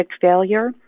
failure